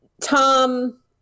Tom